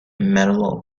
medal